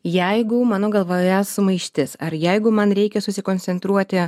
jeigu mano galvoje sumaištis ar jeigu man reikia susikoncentruoti